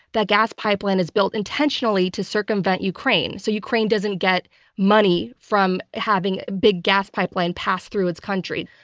that gas pipeline is built intentionally to circumvent ukraine so ukraine doesn't get money from having big gas pipeline pass through its country.